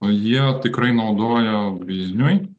jie tikrai naudoja vilniui